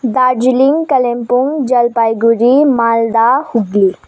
Darjeeling Kalimpong Jalpaiguri Malda Hooghly